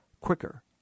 quicker